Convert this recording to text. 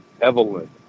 Evelyn